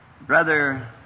brother